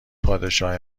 پادشاه